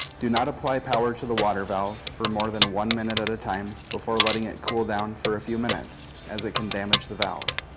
do not apply power to the water valve for more than one minute at a time before letting it cool down for a few minutes as it can damage the valve.